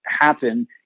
Happen